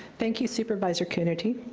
thank you, supervisor coonerty.